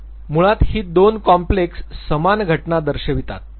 मुळात ही दोन कॉम्प्लेक्स समान घटना दर्शवितात